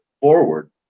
forward